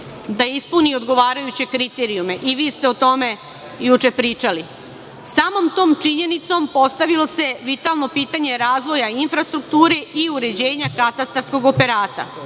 da ispuni odgovarajuće kriterijume. Vi ste o tome juče pričali. Samom tom činjenicom postavilo se vitalno pitanje razvoja infrastrukture i uređenja katastarskog operata.